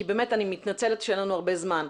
אני מתנצלת שאין לנו הרבה זמן,